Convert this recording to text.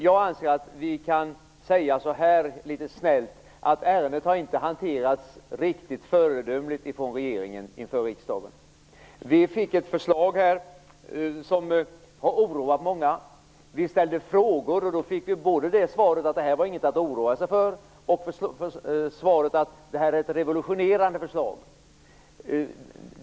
Jag anser att vi litet snällt kan säga att ärendet inte har hanterats riktigt föredömligt av regeringen inför riksdagen. Vi fick ett förslag som har oroat många. Vi ställde frågor, och då fick vi både svaret att det här inte var något att oroa sig för och att det här är ett revolutionerande förslag.